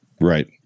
Right